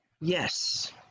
Yes